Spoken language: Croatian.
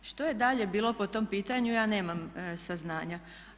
Što je dalje bilo po tom pitanju ja nemam saznanja.